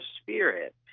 spirit